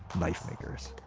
knifemakers.